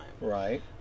Right